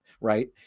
Right